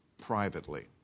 privately